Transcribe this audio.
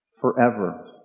forever